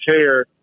care